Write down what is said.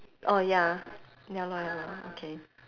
oh ya ya lor ya lor okay